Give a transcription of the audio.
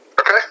Okay